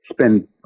spend